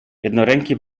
jednoręki